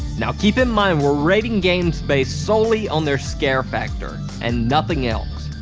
now keep in mind, we're rating games based solely on their scare factor and nothing else.